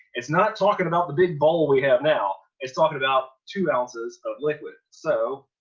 it's not talking about the big bowl we have now, it's talking about two ounces of liquid. so,